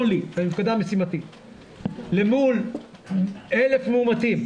למול 1,000 מאומתים.